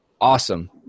awesome